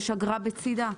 יש אגרה בצדה.